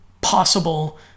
possible